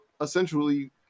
essentially